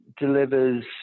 delivers